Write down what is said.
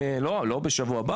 לא עכשיו,